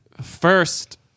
first